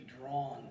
drawn